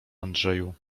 andrzeju